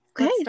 okay